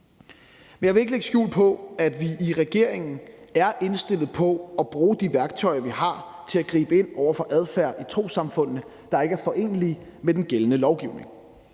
Men jeg vil ikke lægge skjul på, at vi i regeringen er indstillet på at bruge de værktøjer, vi har, til at gribe ind over for adfærd i trossamfundene, der ikke er forenelig med den gældende lovgivning.